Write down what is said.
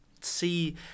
see